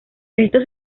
esto